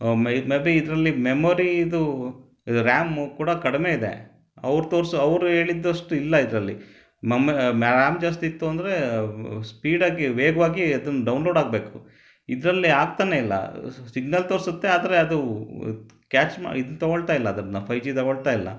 ಮೆ maybe ಇದರಲ್ಲಿ ಮೆಮೊರೀದು RAM ಕೂಡ ಕಡಿಮೆ ಇದೆ ಅವ್ರು ತೋರಿಸೋ ಅವ್ರು ಹೇಳಿದ್ದಷ್ಟ್ ಇಲ್ಲ ಇದರಲ್ಲಿ ರಾಮ್ ಜಾಸ್ತಿ ಇತ್ತು ಅಂದರೆ ಸ್ಪೀಡಾಗಿ ವೇಗವಾಗಿ ಅದನ್ನ ಡೌನ್ಲೋಡ್ ಆಗಬೇಕು ಇದ್ರಲ್ಲಿ ಆಗ್ತನೇ ಇಲ್ಲ ಸಿಗ್ನಲ್ ತೋರಿಸುತ್ತೆ ಆದರೆ ಅದು ಕ್ಯಾಚ್ ಮ ಇದ್ನ ತೊಗೊಳ್ತಾ ಇಲ್ಲ ಅದನ್ನು ಫೈ ಜಿ ತೊಗೊಳ್ತಾ ಇಲ್ಲ